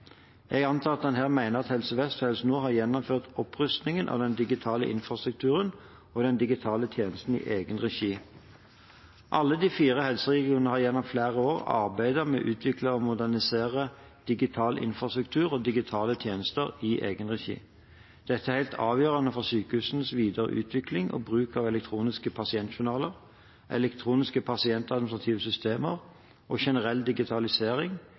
Jeg antar at han her mener at Helse Vest og Helse Nord har gjennomført opprustingen av den digitale infrastrukturen og de digitale tjenestene i egen regi. Alle de fire helseregionene har gjennom flere år arbeidet med å utvikle og modernisere digital infrastruktur og digitale tjenester i egen regi. Dette er helt avgjørende for sykehusenes videre utvikling og bruk av elektroniske pasientjournaler, elektroniske pasientadministrative systemer og generell digitalisering,